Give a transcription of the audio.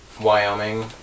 Wyoming